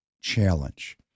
challenge